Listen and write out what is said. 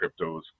cryptos